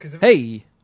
Hey